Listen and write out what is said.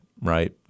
Right